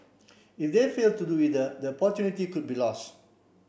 if they fail to do either the opportunity could be lost